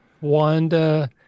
Wanda